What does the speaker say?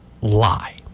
Lie